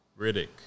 Riddick